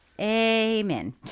Amen